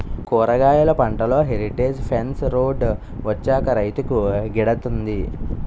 కూరగాయలు పంటలో heritage fence road వచ్చాక రైతుకు గిడతంది